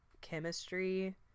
chemistry